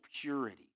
purity